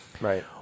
Right